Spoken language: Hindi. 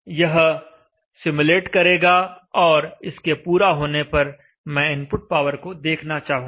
यह सिमुलेट करेगा और इसके पूरा होने पर मैं इनपुट पावर को देखना चाहूंगा